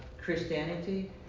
Christianity